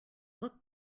look